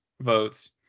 votes